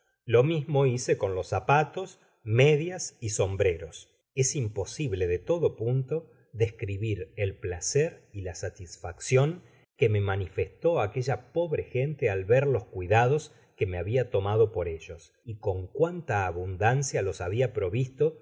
lo mismo hice con los zapatos medias y sombreros es imposible de todo punto describir el placer y la satisfaccion que me manifestó aquella pobre gente al ver los cuidados que me habia tomado per ellos y con cuanta abundancia ls habia provisto